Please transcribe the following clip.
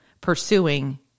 pursuing